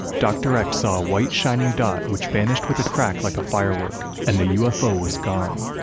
dr. x saw a white, shining dot which vanished with a crack like a firework, and the ufo was gone.